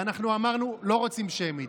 ואנחנו אמרנו: לא רוצים שמית.